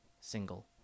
single